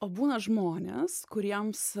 būna žmonės kuriems